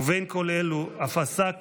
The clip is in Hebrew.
ובין כל אלו אף עסק